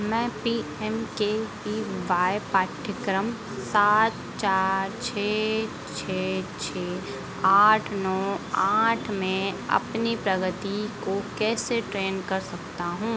मैं P M K V Y पाठ्यक्रम सात चार छः छः छः आठ नौ आठ में अपनी प्रगति को कैसे ट्रैन कर सकता हूँ